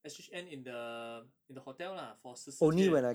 S_H_N in the in the hotel lah for 十四天